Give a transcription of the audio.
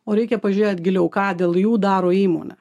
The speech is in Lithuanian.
o reikia pažiūrėt giliau ką dėl jų daro įmonė